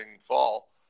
fall